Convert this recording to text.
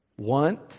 want